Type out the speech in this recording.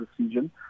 decision